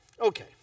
okay